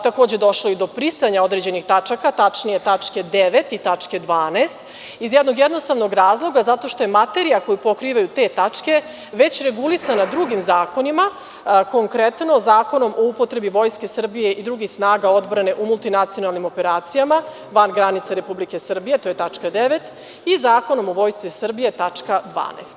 Takođe, došlo je i do brisanja određenih tačaka, tačnije tačke 9. i tačke 12. iz jednog jednostavnog razloga – zato što je materija koju pokrivaju te tačke već regulisana drugim zakonima, konkretno Zakonom o upotrebi Vojske Srbije i drugih snaga odbrane u multinacionalnim operacijama van granica Republike Srbije, to je tačka 9. i Zakonom o Vojsci Srbije, tačka 12.